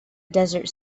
desert